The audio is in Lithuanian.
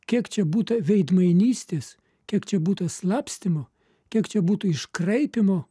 kiek čia būta veidmainystės kiek čia būtų slapstymo kiek čia būtų iškraipymo